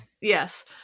Yes